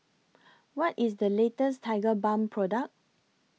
What IS The latest Tigerbalm Product